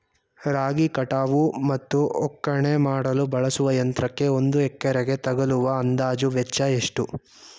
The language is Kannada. ರಾಗಿ ಕಟಾವು ಮತ್ತು ಒಕ್ಕಣೆ ಮಾಡಲು ಬಳಸುವ ಯಂತ್ರಕ್ಕೆ ಒಂದು ಎಕರೆಗೆ ತಗಲುವ ಅಂದಾಜು ವೆಚ್ಚ ಎಷ್ಟು?